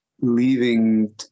leaving